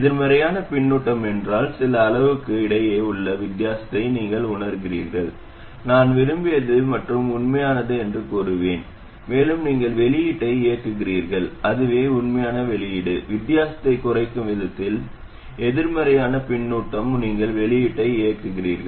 எதிர்மறையான பின்னூட்டம் என்றால் சில அளவுகளுக்கு இடையே உள்ள வித்தியாசத்தை நீங்கள் உணர்கிறீர்கள் நான் விரும்பியது மற்றும் உண்மையானது என்று கூறுவேன் மேலும் நீங்கள் வெளியீட்டை இயக்குகிறீர்கள் அதுவே உண்மையான வெளியீடு வித்தியாசத்தைக் குறைக்கும் விதத்தில் அதனால் எதிர்மறையான பின்னூட்டம் நீங்கள் வெளியீட்டை இயக்குகிறீர்கள்